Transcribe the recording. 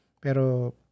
Pero